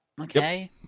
Okay